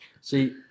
See